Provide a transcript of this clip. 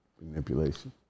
Manipulation